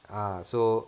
ah so